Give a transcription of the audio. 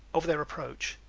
of their approach.